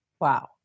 Wow